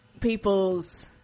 people's